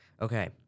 Okay